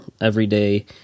everyday